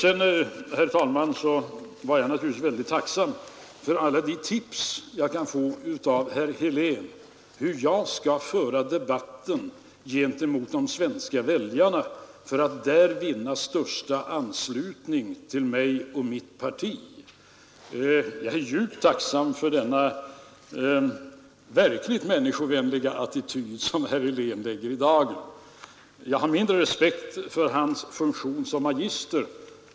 Herr talman! Jag är naturligtvis väldigt tacksam för alla de tips jag kan få av herr Helén om hur jag skall föra debatten gentemot de svenska väljarna för att där vinna största anslutning till mig och mitt parti. Jag är djupt tacksam för den verkligt människovänliga attityd som herr Helén lade i dagen, men jag har mindre respekt för hans funktion som magister.